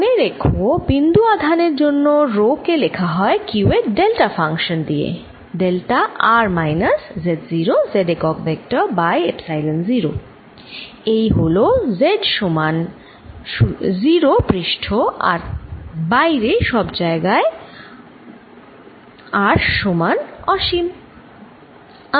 মনে রেখো যে বিন্দু আধানের জন্য রো কে লেখা হয় q এর ডেল্টা ফাংশান দিয়ে delta r minus Z0 z একক ভেক্টর বাই এপসাইলন 0 এই হল z সমান 0 পৃষ্ঠ আর বাইরে সব জায়গায় ও r সমান অসীমে